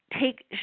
take